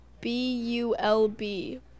B-U-L-B